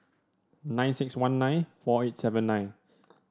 nine six one nine four eight seven nine